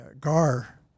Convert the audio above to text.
gar